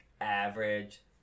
average